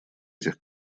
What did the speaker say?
этих